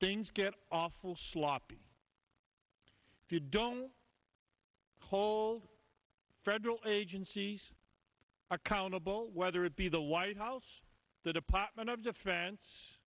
things get awful sloppy if you don't hold federal agencies are countable whether it be the white house the department of defen